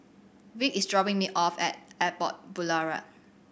Vick is dropping me off at Airport Boulevard